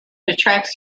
attracts